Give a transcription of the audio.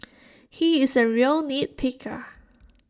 he is A real nitpicker